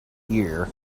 year